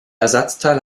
ersatzteil